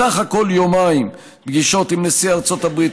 בסך הכול יומיים: פגישות עם נשיא ארצות הברית,